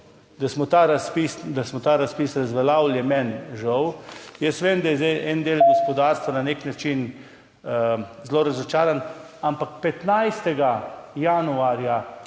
da smo ta razpis razveljavili, je meni žal. Vem, da je zdaj en del gospodarstva na nek način zelo razočaran, ampak 15. januarja